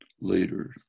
later